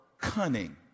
cunning